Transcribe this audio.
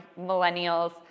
millennials